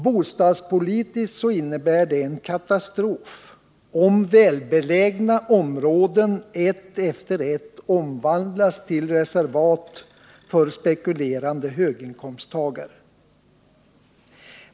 Bostadspolitiskt innebär det en katastrof, om välbelägna områden, ett efter ett, omvandlas till reservat för spekulerande höginkomsttagare.